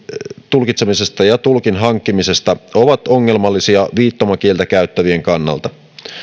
tulkitsemisesta ja tulkin hankkimisesta ovat ongelmallisia viittomakieltä käyttävien kannalta